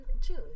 June